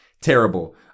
Terrible